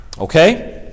Okay